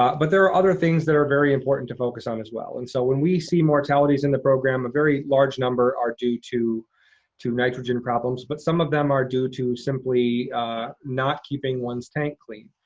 but there are other things that are very important to focus on, as well. and so when we see mortalities in the program, a very large number are due to to nitrogen problems. but some of them are due to simply not keeping one's tank clean.